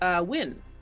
Win